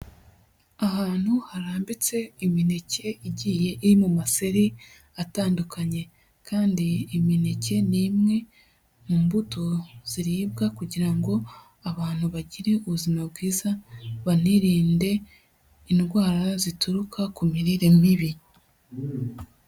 Ahantu harambitse imineke igiye iri mu maseri atandukanye kandi imineke ni imwe mu mbuto ziribwa kugira ngo abantu bagire ubuzima bwiza banirinde indwara zituruka ku mirire mibi.